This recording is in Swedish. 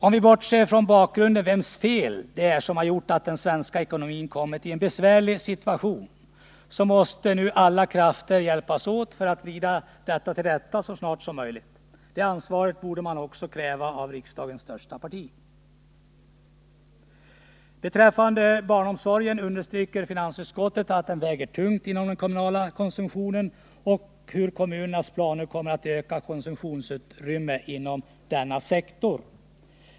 Om vi bortser från bakgrunden, vems fel det är att svensk ekonomi kommit i en besvärlig situation, måste alla krafter nu hjälpas åt att vrida detta rätt så snart som möjligt. Det ansvaret borde man kunna kräva av riksdagens största parti. Beträffande barnomsorgen understryker finansutskottet att den väger tungt inom den kommunala konsumtionen och hur kommunernas planer kommer att öka konsumtionsutrymmet inom denna sektor.